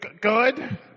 good